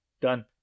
Done